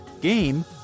game